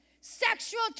sexual